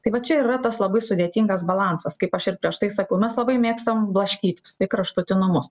tai va čia ir yra tas labai sudėtingas balansas kaip aš ir prieš tai sakau mes labai mėgstam blaškytis į į kraštutinumus